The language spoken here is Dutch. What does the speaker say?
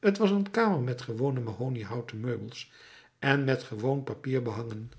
t was een kamer met gewone mahoniehouten meubels en met gewoon papier behangen